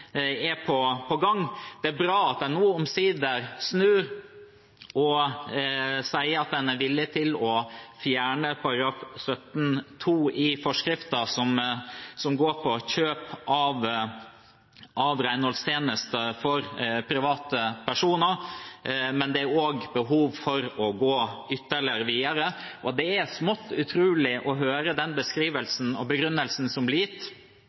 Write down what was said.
er på gang. Det er bra at en nå omsider snur og sier at en er villig til å fjerne § 17 i forskriften, som går ut på kjøp av renholdstjenester for private personer, men det er også behov for å gå videre. Det er smått utrolig å høre den beskrivelsen og begrunnelsen som blir gitt